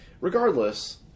Regardless